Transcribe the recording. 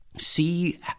see